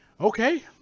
Okay